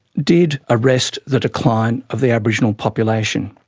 did arrest the decline of the aboriginal population.